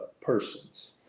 persons